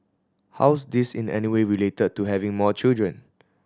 how's this in any way related to having more children